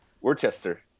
Worcester